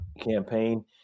campaign